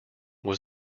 was